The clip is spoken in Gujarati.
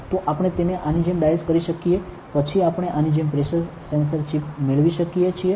તો આપણે તેને આની જેમ ડાઈસ કરી શકીએ છીએ પછી આપણે આની જેમ પ્રેશર સેન્સર ચિપ મેળવી શકીએ છીએ